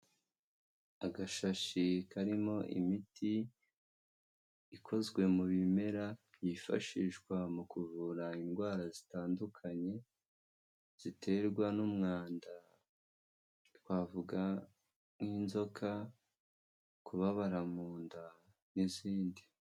Agashashi karimo imiti ikozwe mu bimera byifashishwa mu kuvura indwara zitandukanye ziterwa n'umwanda, twavuga nk'inzoka, kubabara mu nda n'izindi.